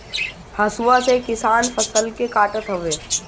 हसुआ से किसान फसल के काटत हवे